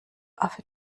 affe